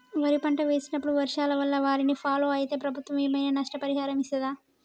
వరి పంట వేసినప్పుడు వర్షాల వల్ల వారిని ఫాలో అయితే ప్రభుత్వం ఏమైనా నష్టపరిహారం ఇస్తదా?